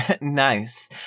nice